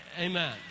Amen